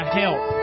help